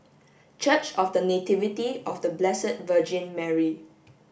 church of The Nativity of The Blessed Virgin Mary